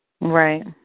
Right